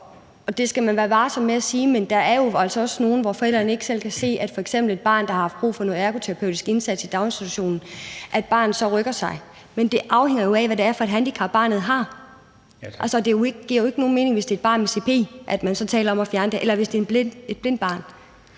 Og man skal være varsom med at sige det, men der er jo altså også nogle, hvor forældrene ikke selv kan se, at f.eks. et barn, der har haft brug for en ergoterapeutisk indsats i daginstitutionen, så rykker sig. Men det afhænger jo af, hvad det er for et handicap, barnet har. Altså, det giver jo ikke nogen mening, hvis det er et barn med CP eller et blindt barn, at man så taler om at fjerne det. Kl. 19:50 Den fg. formand (Bent